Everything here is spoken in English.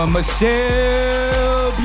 Michelle